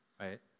right